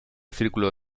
círculo